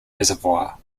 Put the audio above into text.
reservoir